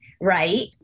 right